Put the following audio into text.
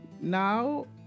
Now